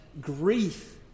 grief